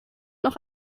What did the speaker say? noch